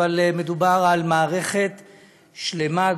אבל מדובר במערכת שלמה,